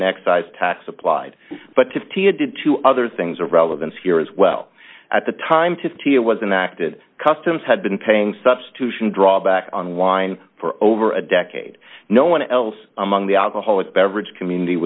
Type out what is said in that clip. an excise tax applied but if he did two other things or relevance here as well at the time to fifty it wasn't acted customs had been paying substitution drawback on wine for over a decade no one else among the alcoholic beverage community